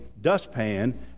dustpan